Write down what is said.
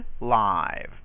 live